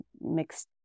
mixed